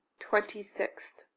twenty six.